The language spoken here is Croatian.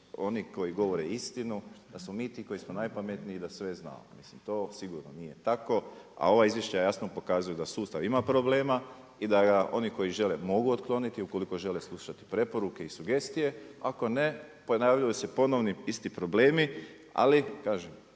oni koji govore istinu, da smo mi to koji su najpametniji i da sve znamo, mislim to sigurno nije tako, a ova izvješća jasno pokazuju da sustav ima problema i da ga oni koji žele, mogu otkloniti ukoliko žele slušati preporuke i sugestije, ako ne, ponavljaju se ponovni, isti problemi ali kažem